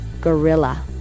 Gorilla